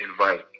invite